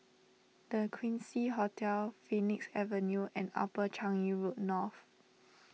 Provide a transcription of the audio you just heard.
the Quincy Hotel Phoenix Avenue and Upper Changi Road North